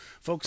folks